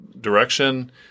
direction